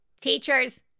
teachers